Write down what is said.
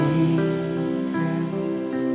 Jesus